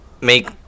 make